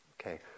Okay